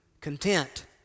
content